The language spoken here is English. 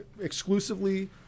exclusively